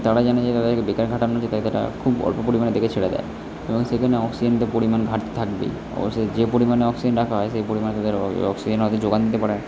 তারা জানে যে এখানে বেকার খাটা মানে তাদের আর খুব অল্প পরিমাণে দেখে ছেড়ে দেয় এবং সেখানে অক্সিজেন তো পরিমাণ ঘাটতি থাকবেই অক্সিজেন যে পরিমাণে অক্সিজেন রাখা হয় সেই পরিমাণে তাদের ওই অক্সিজেনে হয়তো জোগান দিতে পারে না